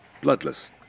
bloodless